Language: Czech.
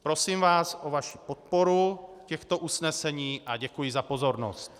Prosím vás o vaši podporu těchto usnesení a děkuji za pozornost.